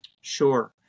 Sure